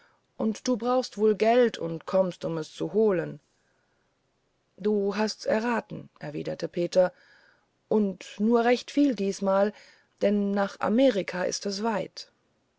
und du brauchst wohl geld und kommst um es zu holen du hast's erraten erwiderte peter und nur recht viel diesmal denn nach amerika ist's weit